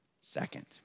second